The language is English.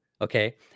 okay